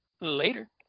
Later